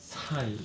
菜